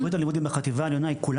תוכנית הלימודים בחטיבה העליונה היא כולה